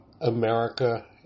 america